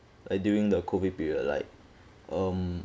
uh during the COVID period like um